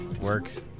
Works